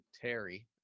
Terry